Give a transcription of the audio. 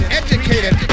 educated